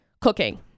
cooking